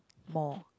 more